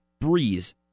Breeze